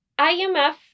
IMF